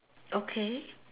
okay